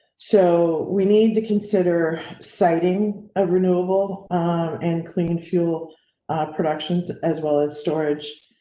so, we need to consider citing a renewal and clean fuel productions as well as storage